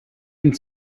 einen